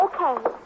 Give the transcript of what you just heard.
Okay